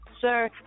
Sir